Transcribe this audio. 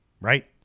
right